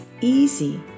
easy